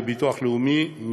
לביטוח לאומי,